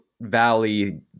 valley